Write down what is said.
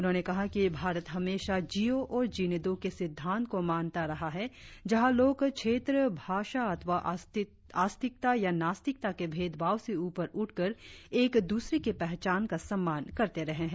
उन्होंने कहा कि भारत हमेशा जीओ और जीने दो के सिद्धांत को मानता रहा है जहां लोग क्षेत्र भाषा अथवा आस्तिकता या नास्तिकता के भेदभाव से ऊपर उठकर एक द्रसरे की पहचान का सम्मान करते रहे है